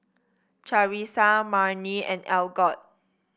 Charissa Marni and Algot